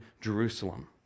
Jerusalem